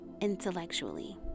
intellectually